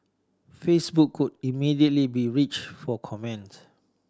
Facebook could immediately be reached for comment